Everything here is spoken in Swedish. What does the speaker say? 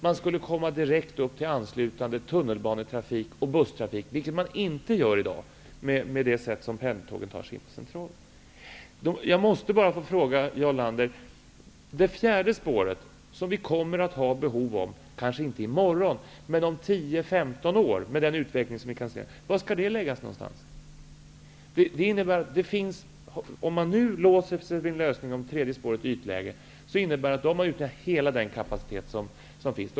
Man skulle komma direkt upp till anslutande tunnelbane och busstrafik, vilket man inte gör i dag med det sätt varpå pendeltågen tar sig in till Centralen. Jag måste få ställa en fråga till Jarl Lander. Vi kommer att ha behov av ett fjärde spår, kanske inte i morgon men om 10--15 år med den utveckling som vi kan se. Var skall det spåret läggas? Om man nu låser sig vid lösningen tredje spåret i ytläge, innebär det att man har utnyttjat hela den kapacitet som finns.